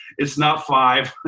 it's not five.